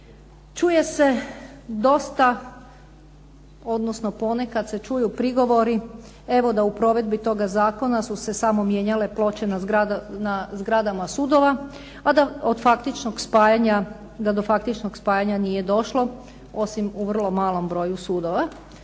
Čuje se dosta odnosno ponekad se čuju prigovori evo da u provedbi toga zakona su se samo mijenjale ploče na zgradama sudova, a da do faktičnog spajanja nije došlo osim u vrlo malom broju sudova.